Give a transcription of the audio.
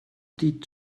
die